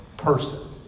Person